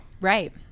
right